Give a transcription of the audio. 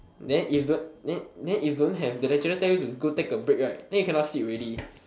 then you then you don't have then when the lecturer ask you to go take a break right then you cannot sleep already